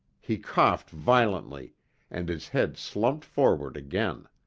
he coughed violently and his head slumped forward again.